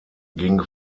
ging